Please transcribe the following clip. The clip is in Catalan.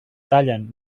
tallen